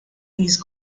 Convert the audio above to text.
these